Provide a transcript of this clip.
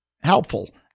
helpful